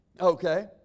Okay